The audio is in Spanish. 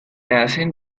hacen